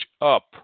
up